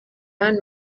hano